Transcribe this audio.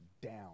down